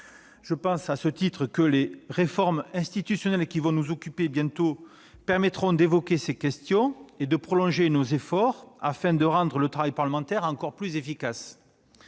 Je pense que les réformes institutionnelles qui nous occuperont bientôt permettront d'évoquer ces questions et de prolonger nos efforts afin de rendre le travail parlementaire encore plus efficace.